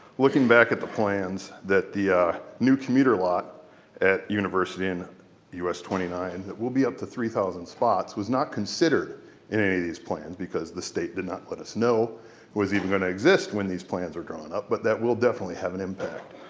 looking back at the plans that the ah new commuter lot at university in us twenty nine we'll be up to three thousand spots was not considered in any of these plans because the state did not let us know was even gonna exist when these plans were drawn up but that will definitely have an impact.